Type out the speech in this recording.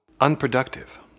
unproductive